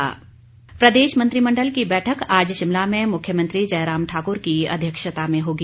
मंत्रिमंडल प्रदेश मंत्रिमंडल की बैठक आज शिमला में मुख्यमंत्री जयराम ठाक्र की अध्यक्षता में होगी